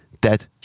dead